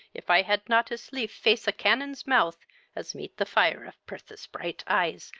if i had not as lief face a canon's mouth as meet the fire of pertha's pright eyes,